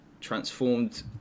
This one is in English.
transformed